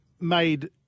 made